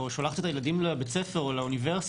או שולחת את הילדים לבית ספר לאוניברסיטה